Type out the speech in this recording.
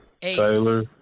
Taylor